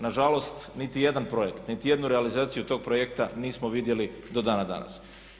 Nažalost niti jedan projekt, niti jednu realizaciju tog projekta nismo vidjeli do dana danas.